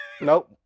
Nope